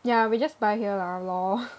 yeah we just buy here lah lol